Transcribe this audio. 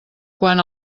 quan